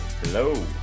Hello